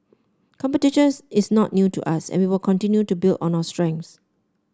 competitions is not new to us and we will continue to build on our strengths